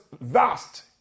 vast